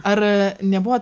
ar nebuvo